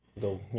go